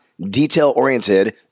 detail-oriented